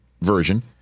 version